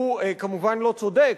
הוא כמובן לא צודק.